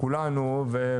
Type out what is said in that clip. כולנו,